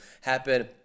happen